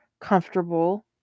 comfortable